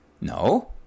No